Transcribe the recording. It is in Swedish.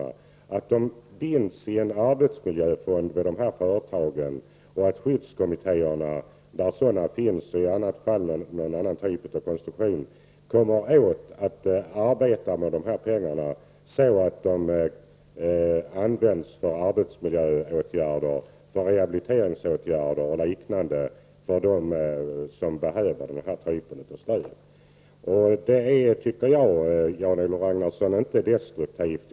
Vi menar att de bör bindas i en arbetsmiljöfond vid dessa företag och att skyddskommittéerna där sådana finns eller något motsvarande organ skall arbeta med dessa pengar så att de används för arbetsmiljöåtgärder, rehabiliteringsåtgärder och liknande för dem som behöver den här typen av stöd. Jag tycker inte att detta förslag är destruktivt, Jan-Olof Ragnarsson.